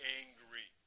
angry